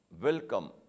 Welcome